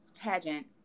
pageant